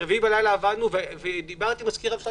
ברביעי בלילה עבדנו ודיברתי עם מזכיר הממשלה